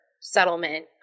settlement